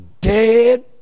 dead